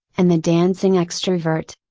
and the dancing extrovert.